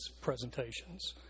presentations